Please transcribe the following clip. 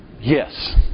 yes